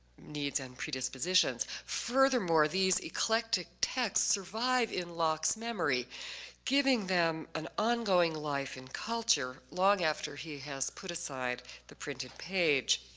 needs and predispositions. furthermore these eclectic texts survive in locke's memory giving them an ongoing life in culture long after he has put aside the printed page.